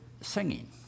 singing